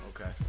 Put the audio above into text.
Okay